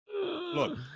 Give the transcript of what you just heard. look